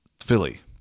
Philly